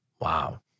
Wow